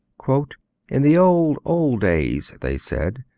in the old, old days they said,